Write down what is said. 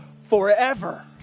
forever